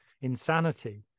insanity